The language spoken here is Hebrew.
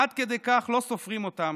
עד כדי כך לא סופרים אותם,